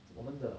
这我们的